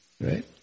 right